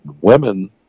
women